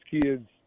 kids